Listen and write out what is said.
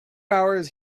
hours